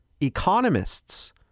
economists